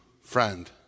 friend